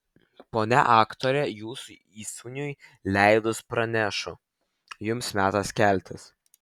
ponia aktore jūsų įsūniui leidus pranešu jums metas keltis